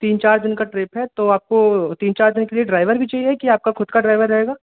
तीन चार दिन का ट्रिप है तो आपको तीन चार दिन के लिए ड्राइवर भी चाहिए कि आपका खुद का ड्राइवर रहेगा